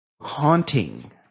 Haunting